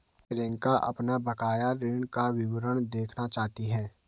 प्रियंका अपना बकाया ऋण का विवरण देखना चाहती है